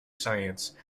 science